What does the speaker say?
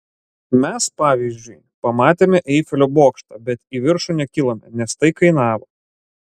mes pavyzdžiui pamatėme eifelio bokštą bet į viršų nekilome nes tai kainavo